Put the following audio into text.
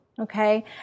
Okay